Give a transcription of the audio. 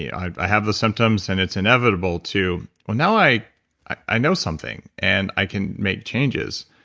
i have the symptoms and it's inevitable, to, well now i i know something and i can make changes.